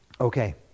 Okay